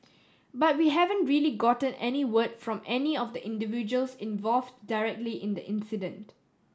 but we haven't really gotten any word from any of the individuals involve directly in the incident